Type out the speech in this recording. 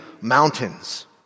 mountains